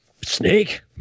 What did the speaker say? Snake